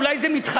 אולי זה מתחזה?